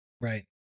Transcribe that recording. right